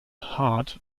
hard